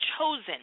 chosen